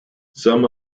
some